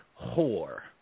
whore